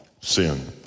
sin